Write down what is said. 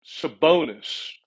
Sabonis